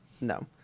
No